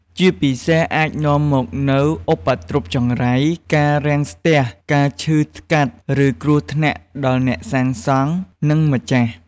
ជាពិសេសអាចនាំមកនូវឧបទ្រពចង្រៃ ការរាំងស្ទះ ការឈឺថ្កាត់ ឬគ្រោះថ្នាក់ដល់អ្នកសាងសង់ និងម្ចាស់។